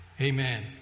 Amen